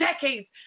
decades